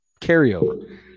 carryover